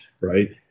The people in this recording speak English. right